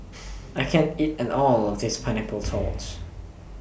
I can't eat and All of This Pineapple